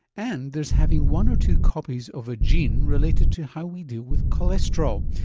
and there's having one or two copies of a gene related to how we deal with cholesterol.